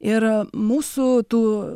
ir mūsų tų